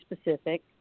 specific